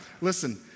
Listen